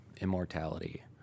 immortality